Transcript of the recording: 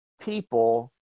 people